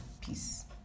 Peace